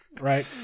Right